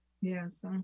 Yes